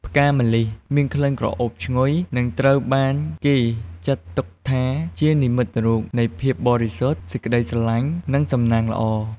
ផ្កាម្លិះមានក្លិនក្រអូបឈ្ងុយ និងត្រូវបានគេចាត់ទុកថាជានិមិត្តរូបនៃ ភាពបរិសុទ្ធ សេចក្តីស្រឡាញ់ និង សំណាងល្អ។